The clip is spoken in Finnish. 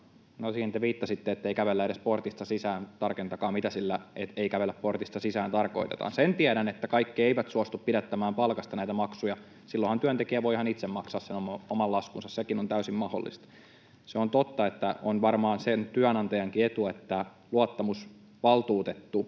siihen te viittasitte, ettei kävellä edes portista sisään. Tarkentakaa, mitä sillä ”ei kävellä portista sisään” tarkoitetaan. — Sen tiedän, että kaikki eivät suostu pidättämään palkasta näitä maksuja. Silloinhan työntekijä voi ihan itse maksaa sen oman laskunsa, sekin on täysin mahdollista. Se on totta, että on varmaan sen työnantajankin etu, että luottamusvaltuutettu